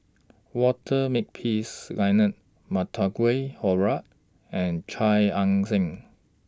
Walter Makepeace Leonard Montague Harrod and Chia Ann Siang